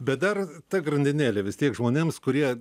bet dar ta grandinėlė vis tiek žmonėms kurie